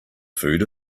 food